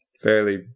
fairly